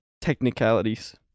Technicalities